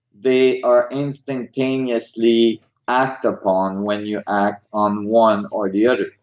they are instantaneously act upon when you act on one or the other